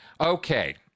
okay